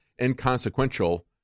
inconsequential